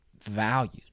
values